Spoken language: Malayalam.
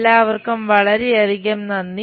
എല്ലാവർക്കും വളരെയധികം നന്ദി